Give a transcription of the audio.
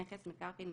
"נכס" מקרקעין,